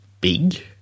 big